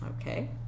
Okay